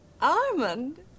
Armand